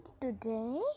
today